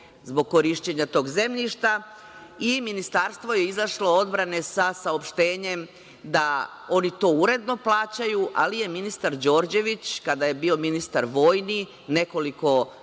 zbog korišćenju tog zemljišta i Ministarstvo odbrane je izašlo sa saopštenjem da oni to uredno plaćaju, ali je ministar Đorđević, kada je bio ministar vojni, nekoliko